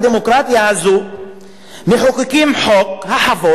ב"ישרא-דמוקרטיה" הזו מחוקקים את חוק חוות היחיד,